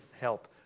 help